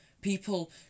People